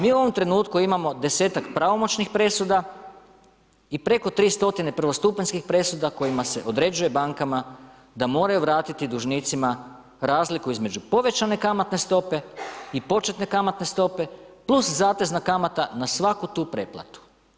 Mi u ovom trenutku imamo desetak pravomoćnih presuda i preko 300 prvostupanjskih presuda kojima se određuje bankama da moraju vratiti dužnicima razliku između povećane kamatne stope i početne kamatne stope, plus zatezna kamata na svaku tu pretplatu.